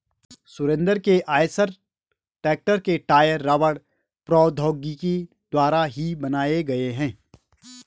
सुरेंद्र के आईसर ट्रेक्टर के टायर रबड़ प्रौद्योगिकी द्वारा ही बनाए गए हैं